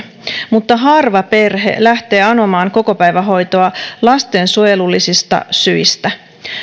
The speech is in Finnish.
mutta harva perhe lähtee anomaan kokopäivähoitoa lastensuojelullisista syistä